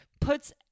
puts